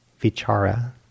vichara